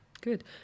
Good